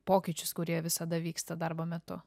pokyčius kurie visada vyksta darbo metu